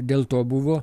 dėl to buvo